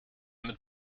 mit